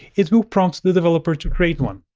it will prompt the developer to create one.